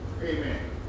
Amen